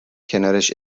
کنارش